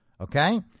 Okay